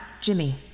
Jimmy